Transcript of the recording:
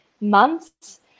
months